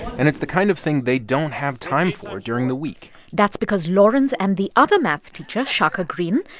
and it's the kind of thing they don't have time for during the week that's because lawrence and the other math teacher, shaka greene,